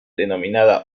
denominada